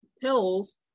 pills